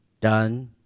done